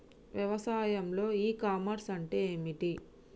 వ్యవసాయంలో e commerce అంటే ఏమిటి?